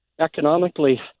economically